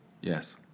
Yes